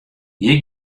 hjir